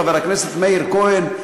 חבר הכנסת מאיר כהן,